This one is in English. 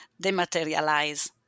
Dematerialize